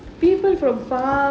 people from far